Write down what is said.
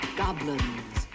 goblins